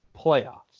playoffs